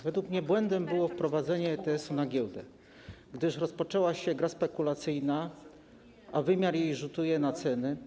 Według mnie błędem było wprowadzenie ETS-u na giełdę, gdyż rozpoczęła się gra spekulacyjna, a jej wymiar rzutuje na ceny.